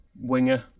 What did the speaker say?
winger